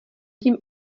tím